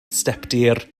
stepdir